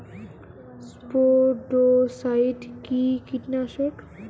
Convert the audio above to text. স্পোডোসাইট কি কীটনাশক?